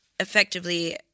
effectively